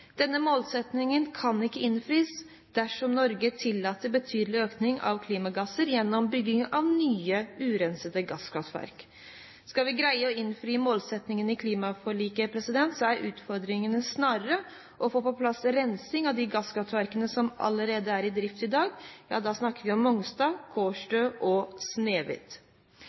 Denne målsetningen kan ikke innfris dersom Norge tillater betydelig økning av klimagasser gjennom bygging av nye, urensede gasskraftverk. Skal vi greie å nå målsetningen i klimaforliket, er utfordringen snarere å få på plass rensing av de gasskraftverkene som allerede er i drift i dag